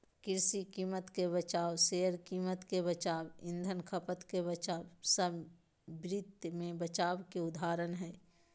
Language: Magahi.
कृषि कीमत के बचाव, शेयर कीमत के बचाव, ईंधन खपत के बचाव सब वित्त मे बचाव के उदाहरण हय